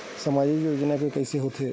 सामाजिक योजना के कइसे होथे?